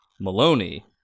Maloney